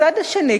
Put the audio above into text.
מהצד השני,